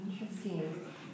Interesting